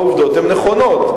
העובדות הן נכונות.